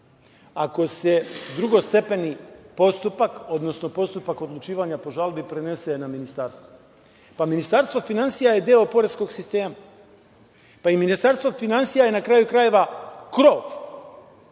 ako se drugostepeni postupak, odnosno postupak odlučivanja po žalbi prenese na Ministarstvo. Pa, Ministarstvo finansija je deo poreskog sistema. Ministarstvo finansija je, na kraju krajeva, krov